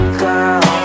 girl